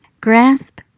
Grasp